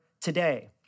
today